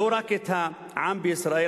לא רק את העם בישראל,